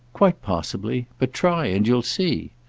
quite possibly. but try, and you'll see.